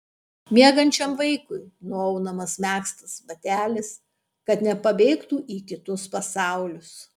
miegančiam vaikui nuaunamas megztas batelis kad nepabėgtų į kitus pasaulius